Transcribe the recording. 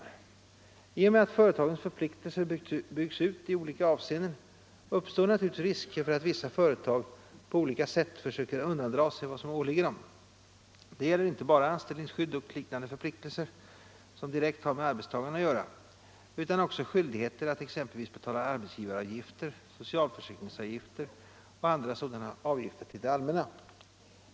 I och med att företagens förpliktelser byggs ut i olika avseenden uppstår naturligtvis risker för att vissa företag på olika sätt försöker undandra sig vad som åligger dem. Det gäller inte bara anställningsskydd och liknande förpliktelser som direkt har med arbetstagarna att göra utan också skyldigheter att exempelvis betala ar det allmänna.